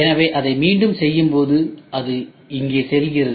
எனவே அதை மீண்டும் செய்யும் போதுஅது இங்கே செல்கிறது